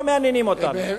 לא מעניינים אותנו.